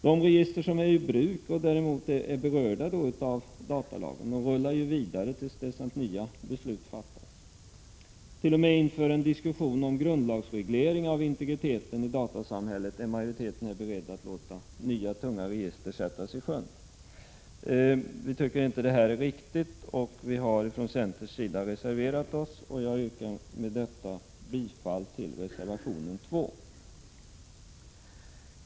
De register som är i bruk och är berörda av datalagen rullar vidare till dess nya beslut fattas. T.o.m. inför en diskussion om grundlagsreglering av integriteten i datasamhället är majoriteten beredd att låta nya tunga register sättas i sjön. Vi tycker inte detta är riktigt, och vi har från centerns sida reserverat oss. Jag yrkar med detta bifall till reservation 2.